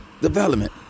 development